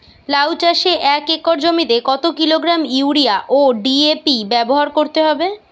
লাউ চাষে এক একর জমিতে কত কিলোগ্রাম ইউরিয়া ও ডি.এ.পি ব্যবহার করতে হবে?